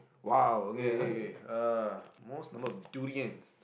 !wow! okay okay okay uh most number of durians